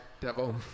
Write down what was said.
Devil